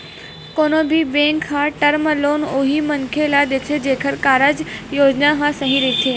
कोनो भी बेंक ह टर्म लोन उही मनखे ल देथे जेखर कारज योजना ह सही रहिथे